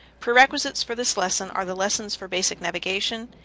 pre-requisites for this lesson are the lessons for basic navigation,